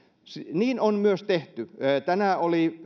niin on myös tehty tänään oli